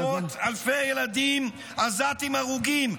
גם עשרות אלפי ילדים עזתים הרוגים,